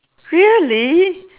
really